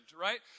right